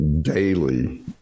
daily